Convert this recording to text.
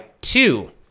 two